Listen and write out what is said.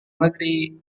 negeri